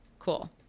cool